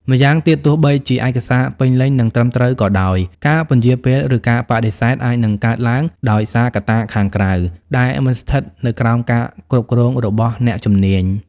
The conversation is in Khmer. ម្យ៉ាងទៀត ទោះបីជាឯកសារពេញលេញ និងត្រឹមត្រូវក៏ដោយ ការពន្យារពេល ឬការបដិសេធអាចនឹងកើតឡើងដោយសារកត្តាខាងក្រៅដែលមិនស្ថិតនៅក្រោមការគ្រប់គ្រងរបស់អ្នកជំនាញ។